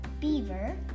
beaver